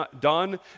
done